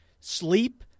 sleep